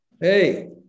Hey